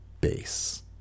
base